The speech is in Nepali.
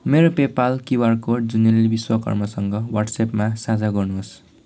मेरो पेपाल क्युआर कोड जुनेली विश्वकर्मासँग वाट्सएपमा साझा गर्नुहोस्